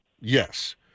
Yes